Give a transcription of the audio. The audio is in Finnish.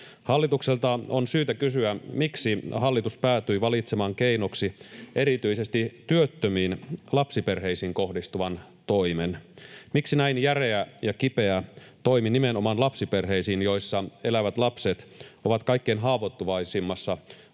Hallitukselta on syytä kysyä, miksi hallitus päätyi valitsemaan keinoksi erityisesti työttömiin lapsiperheisiin kohdistuvan toimen. Miksi näin järeä ja kipeä toimi nimenomaan lapsiperheisiin, joissa elävät lapset ovat kaikkein haavoittuvaisimmassa asemassa